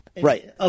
Right